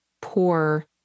poor